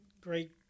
great